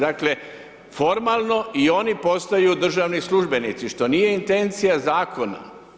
Dakle, formalno i oni postaju državni službenici, što nije intencija Zakona.